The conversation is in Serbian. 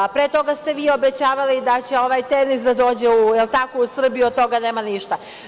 Pre toga ste vi obećavali da će ovaj „Tenis“ da dođe u Srbiju, od toga nema ništa.